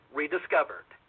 rediscovered